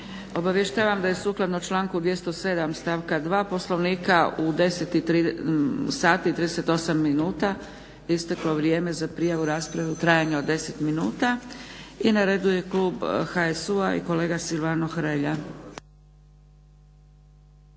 Obavještavam da je sukladno članku 207. stavka 2. Poslovnika u 10 sati i 38 minuta isteklo vrijeme za prijavu rasprave u trajanju od 10 minuta. I na redu je klub HSU-a i kolega Silvano Hrelja.